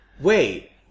wait